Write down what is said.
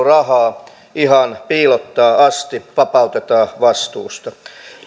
rahaa ihan piilottaa asti vapautetaan vastuusta